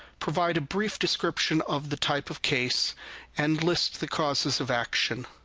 provide a brief description of the type of case and list the causes of action.